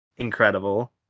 Incredible